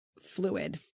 fluid